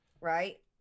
right